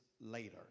later